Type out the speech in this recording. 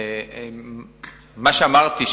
אמרתי,